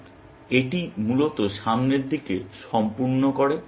সুতরাং এটি মূলত সামনের দিক সম্পূর্ণ করে